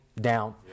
down